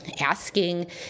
asking